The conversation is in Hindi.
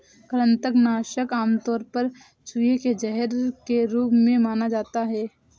कृंतक नाशक आमतौर पर चूहे के जहर के रूप में जाना जाता है